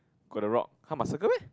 got the rock !huh! must circle meh